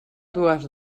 dues